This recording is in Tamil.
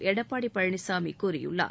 எடப்பாடி பழனிசாமி கூறியுள்ளார்